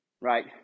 right